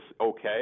okay